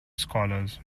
scholars